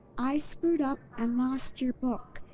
i screwed up and lost your book.